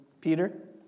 Peter